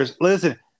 Listen